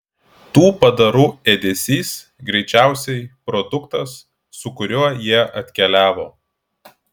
tų padarų ėdesys greičiausiai produktas su kuriuo jie atkeliavo